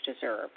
deserve